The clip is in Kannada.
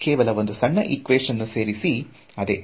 ಕೇವಲ ಒಂದು ಸಣ್ಣ ಈಕ್ವೇಶನ್ ಅನ್ನು ಸೇರಿಸಿ ಅದೇ